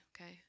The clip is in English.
okay